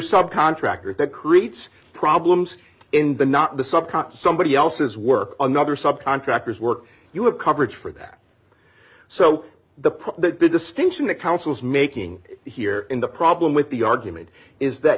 subcontractor that creates problems in the not the sub conscious somebody else's work another subcontractors work you have coverage for that so the big distinction that council is making here in the problem with the argument is that